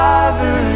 Father